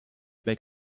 make